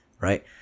right